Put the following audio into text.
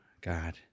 God